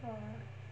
cannot lah